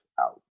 out